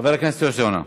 חבר הכנסת יוסי יונה,